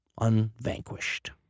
unvanquished